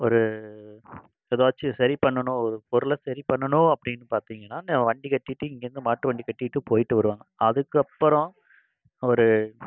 ஒரு ஏதாச்சும் சரி பண்ணணும் ஒரு பொருளை சரி பண்ணணும் அப்படின்னு பார்த்தீங்கன்னா இந்த வண்டி கட்டிகிட்டு இங்கேருந்து மாட்டு வண்டி கட்டிகிட்டு போயிட்டு வருவாங்க அதுக்கப்புறோம் ஒரு